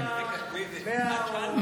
בשנה שעברה היה 100 או, בתקופה המקבילה, כן.